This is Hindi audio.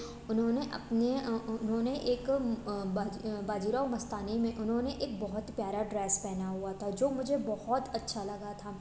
उन्होंने अपने उन्होंने एक बाजी बाजीराव मस्तानी में उन्होंने एक बहुत प्यारा ड्रेस पहना हुआ था जो मुझे बहुत अच्छा लगा था